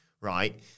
right